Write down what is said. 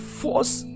force